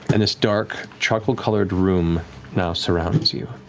and this dark, charcoal-colored room now surrounds you.